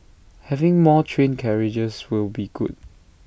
having more train carriages will be good